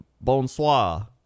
bonsoir